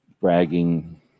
bragging